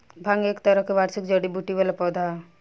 भांग एक तरह के वार्षिक जड़ी बूटी वाला पौधा ह